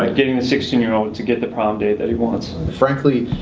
like getting a sixteen year old to get the prom date that he wants. frankly,